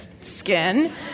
skin